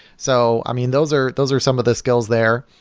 so i mean those are those are some of the skills there.